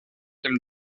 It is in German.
dem